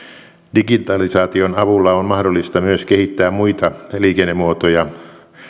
digitalisaation avulla on mahdollista myös kehittää muita liikennemuotoja